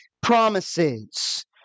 promises